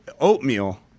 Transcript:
oatmeal